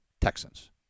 Texans